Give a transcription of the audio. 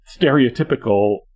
stereotypical